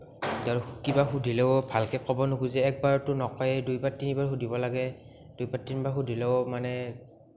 কিবা সুধিলেও ভালকে ক'ব নোখোজে একবাৰতো নকয়েই দুইবাৰ তিনিবাৰ সুধিব লাগে দুইবাৰ তিনিবাৰ সুধিলেও মানে